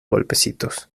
golpecitos